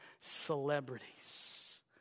celebrities